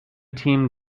team